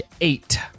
eight